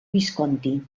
visconti